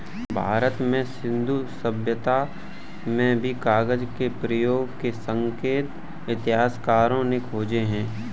भारत में सिन्धु सभ्यता में भी कागज के प्रयोग के संकेत इतिहासकारों ने खोजे हैं